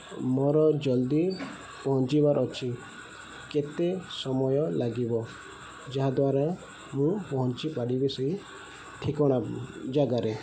ମୋର ଜଲ୍ଦି ପହଞ୍ଚିବାର ଅଛି କେତେ ସମୟ ଲାଗିବ ଯାହା ଦ୍ୱାରା ମୁଁ ପହଞ୍ଚିପାରିବି ସେହି ଠିକଣା ଜାଗାରେ